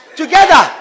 together